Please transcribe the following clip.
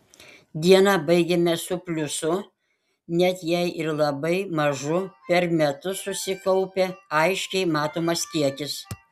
dieną baigiame su pliusu net jei ir labai mažu per metus susikaupia aiškiai matomas kiekis